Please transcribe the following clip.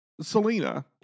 Selena